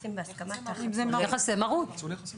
יחסי מרות.